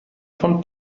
von